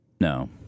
no